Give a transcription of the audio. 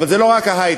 אבל זה לא רק ההיי-טק.